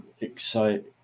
excite